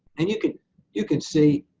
and you can you can see,